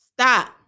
stop